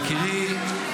יקירי,